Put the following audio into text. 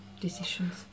Decisions